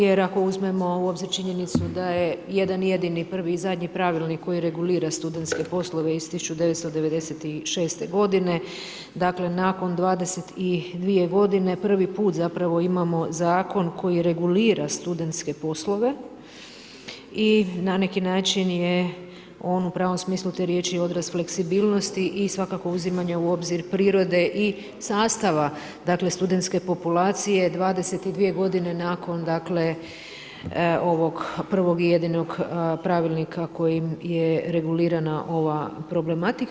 Jer ako uzmemo u obzir činjenicu da je jedan jedini prvi i zadnji pravilnik koji regulira studentske poslove iz 1996. godine dakle, nakon 22 godine prvi put zapravo imamo zakon koji regulira studentske poslove i na neki način je u pravom smislu te riječi i odraz fleksibilnosti i svakako uzimanja u obzir prirode i sastava dakle studentske populacije 22 godine nakon dakle ovog prvog i jedinog pravilnika kojim je regulirana ova problematika.